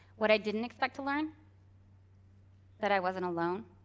what i didn't expect to learn that i wasn't alone